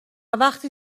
وقتی